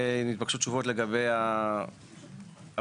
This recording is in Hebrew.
התבקשו תשובות לגבי האבסורד,